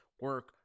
Work